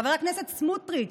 חבר הכנסת סמוטריץ',